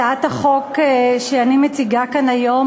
הצעת החוק שאני מציגה כאן היום,